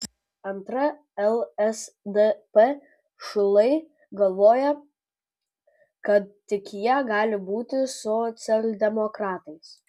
antra lsdp šulai galvoja kad tik jie gali būti socialdemokratais